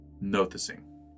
noticing